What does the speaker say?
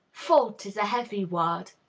fault is a heavy word.